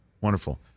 Wonderful